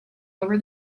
over